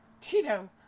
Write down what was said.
tito